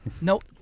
Nope